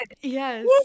Yes